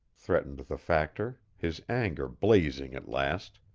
threatened the factor, his anger blazing at last.